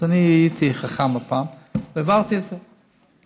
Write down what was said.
אז אני הייתי חכם הפעם והעברתי את זה.